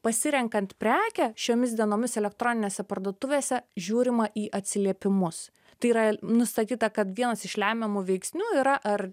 pasirenkant prekę šiomis dienomis elektroninėse parduotuvėse žiūrima į atsiliepimus tai yra nustatyta kad vienas iš lemiamų veiksnių yra ar